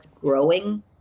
growing